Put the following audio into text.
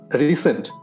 recent